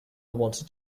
wanted